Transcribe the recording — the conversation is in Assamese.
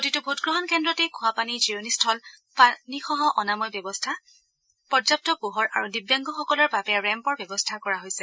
প্ৰতিটো ভোটগ্ৰহণ কেন্দ্ৰতে খোৱাপানী জিৰণিস্থল পানীসহঅনাময় ব্যৱস্থা পৰ্যাপ্ত পোহৰ আৰু দিব্যাংগসকলৰ বাবে ৰেম্পৰ ব্যৱস্থা কৰা হৈছে